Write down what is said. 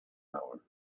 hour